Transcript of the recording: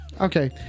Okay